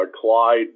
clyde